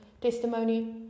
testimony